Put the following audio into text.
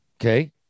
okay